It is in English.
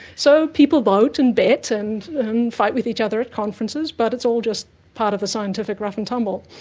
so people vote and bet and fight with each other at conferences, but it's all just part of the scientific rough and tumble.